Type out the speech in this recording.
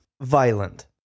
violent